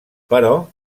però